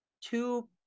two